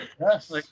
Yes